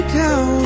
down